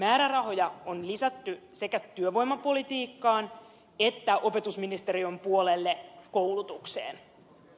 määrärahoja on lisätty sekä työvoimapolitiikkaan että opetusministeriön puolelle koulutuksee